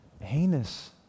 heinous